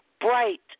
bright